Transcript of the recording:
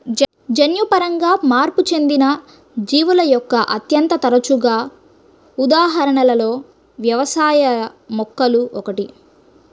జన్యుపరంగా మార్పు చెందిన జీవుల యొక్క అత్యంత తరచుగా ఉదాహరణలలో వ్యవసాయ మొక్కలు ఒకటి